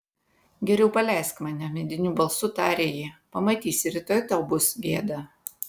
geriau paleisk mane mediniu balsu tarė ji pamatysi rytoj tau bus gėda